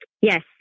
Yes